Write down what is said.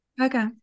Okay